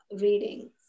reading